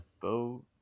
boat